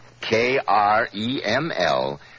K-R-E-M-L